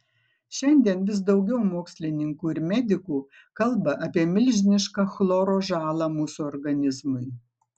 šiandien vis daugiau mokslininkų ir medikų kalba apie milžinišką chloro žalą mūsų organizmui